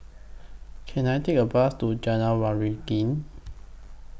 Can I Take A Bus to Jalan Waringin